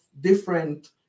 different